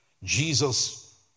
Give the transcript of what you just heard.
Jesus